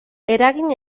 eragin